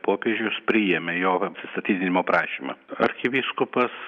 popiežius priėmė jo atsistatydinimo prašymą arkivyskupas